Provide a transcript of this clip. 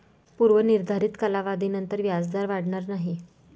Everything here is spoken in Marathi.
पूर्व निर्धारित कालावधीनंतर व्याजदर वाढणार नाही